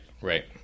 right